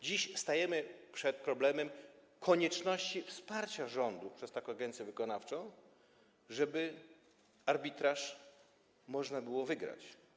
Dziś stajemy przed problemem konieczności wsparcia rządu przez taką agencję wykonawczą, żeby arbitraż można było wygrać.